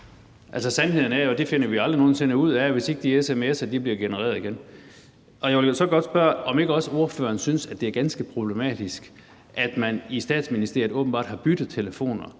Sandheden er jo, at det finder vi aldrig nogen sinde ud af, hvis de sms'er ikke bliver genereret igen. Jeg vil så godt spørge, om ikke ordføreren synes, at det er ganske problematisk, at man i Statsministeriet åbenbart har byttetelefoner,